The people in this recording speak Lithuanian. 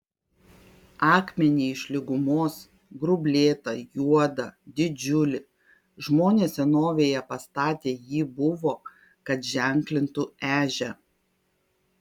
akmenį iš lygumos grublėtą juodą didžiulį žmonės senovėje pastate jį buvo kad ženklintų ežią